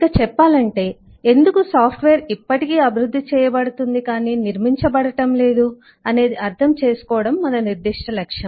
ఇక చెప్పాలంటే ఎందుకు సాఫ్ట్వేర్ ఇప్పటికీ అభివృద్ధి చేయబడుతుంది కానీ నిర్మించబడటం లేదు అనేది అర్థం చేసుకోవడం మన నిర్దిష్ట లక్ష్యం